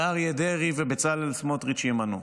שאריה דרעי ובצלאל סמוטריץ' ימנו.